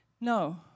No